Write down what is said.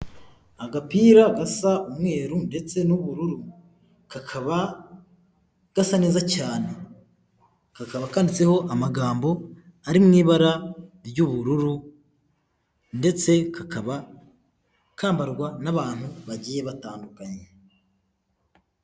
Agapira gasa umweru ndetse n'ubururu kakaba gasa neza cyane, kakaba kanditseho amagambo ari mu ibara ry'ubururu ndetse kakaba kambarwa n'abantu bagiye batandukanye.